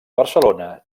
barcelona